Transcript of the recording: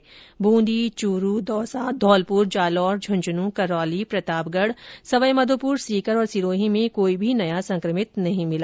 वहीं ब्रूंदी चूरू दौसा धौलपुर जालौर झुन्झुन् करौली प्रतापगढ़ सवाईमाधोपुर सीकर और सिरोही में कोई भी नया संक्रमित नहीं मिला